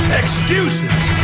excuses